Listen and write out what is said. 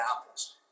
apples